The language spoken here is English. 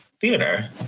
theater